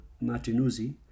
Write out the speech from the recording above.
Martinuzzi